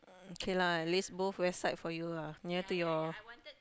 okay lah at least both West side for you lah near to your